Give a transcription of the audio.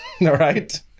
right